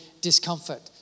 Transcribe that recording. discomfort